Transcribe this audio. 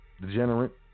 degenerate